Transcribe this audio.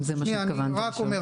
אם זה מה שהתכוונת לשאול.